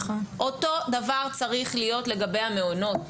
אותו דבר צריך להיות לגבי המעונות,